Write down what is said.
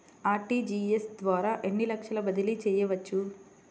RTGS ద్వారా ఎన్ని లక్షలు బదిలీ చేయవచ్చు?